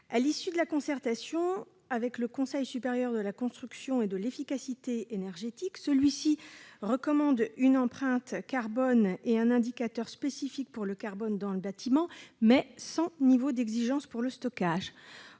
À l'issue de la concertation menée, le Conseil supérieur de la construction et de l'efficacité énergétique (CSCEE) recommande une empreinte carbone et un indicateur spécifique pour le carbone dans le bâtiment, mais sans niveau d'exigence pour le stockage.